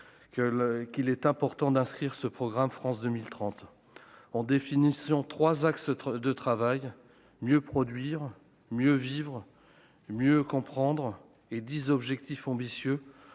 qu'il est important d'inscrire ce programme France 2000 30 ans définition 3 axes de travail mieux produire, mieux vivre mieux comprendre et 10 objectifs ambitieux,